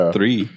Three